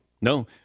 No